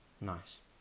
nice